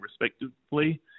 respectively